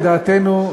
לדעתנו,